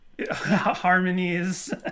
Harmonies